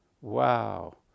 Wow